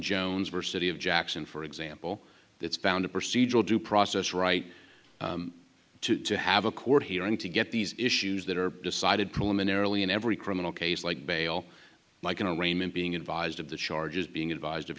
jones versity of jackson for example it's bound to procedural due process right to have a court hearing to get these issues that are decided preliminarily in every criminal case like bail like an arraignment being advised of the charges being advised of